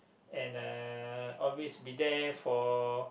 and a always be there for